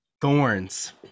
thorns